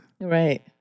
Right